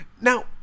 Now